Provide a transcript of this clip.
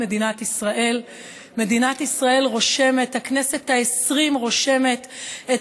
מדינת ישראל מדינת ישראל הכנסת העשרים רושמת את